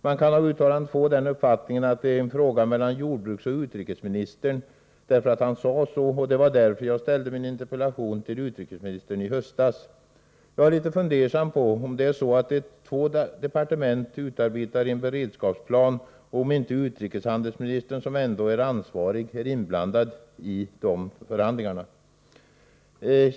Man kan av uttalandet få den uppfattningen att detta är en fråga mellan jordbruksministern och utrikesministern — det sades så — och det var därför jag i höstas ställde min interpellation till utrikesministern. Jag funderar litet över om det är två departement som utarbetar en beredskapsplan och undrar om inte utrikeshandelsministern, som ändå är ansvarig, är inblandad i förhandlingarna.